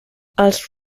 els